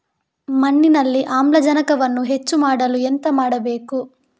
ಮಣ್ಣಿನಲ್ಲಿ ಆಮ್ಲಜನಕವನ್ನು ಹೆಚ್ಚು ಮಾಡಲು ಎಂತ ಮಾಡಬೇಕು?